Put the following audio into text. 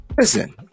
Listen